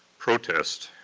protest,